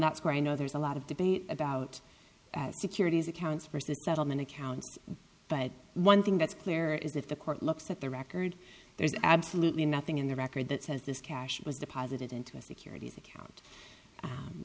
that score i know there's a lot of debate about securities accounts versus settlement accounts but one thing that's clear is if the court looks at the record there's absolutely nothing in the record that says this cash was deposited into a securities account